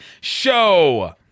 show